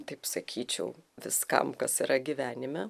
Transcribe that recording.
taip sakyčiau viskam kas yra gyvenime